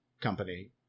company